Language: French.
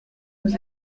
nous